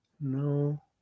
no